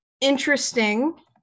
interesting